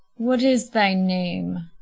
what is thy name?